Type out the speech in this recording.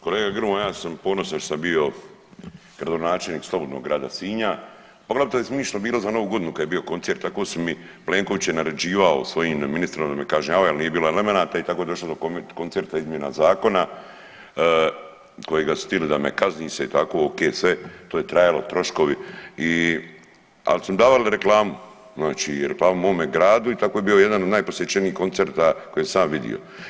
Kolega Grmoja ja sam ponosan što sam bio gradonačelnik slobodnog grada Sinja poglavito je smišno bilo za Novu Godinu kad je bio koncert, tako su mi Plenković je naređivao svojim ministrom da me kažnjavaju ali nije bilo elemenata i tako je došlo do koncerta izmjena zakona kojega su tili da me kazni se i tako ok sve, to je trajalo troškovi, al su mi davali reklamu, znači … mome gradu i tako je bio jedan od najposjećenijih koncerata koje sam ja vidio.